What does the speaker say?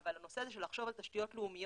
אבל הנושא הזה של לחשוב על תשתיות לאומיות